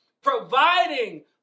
providing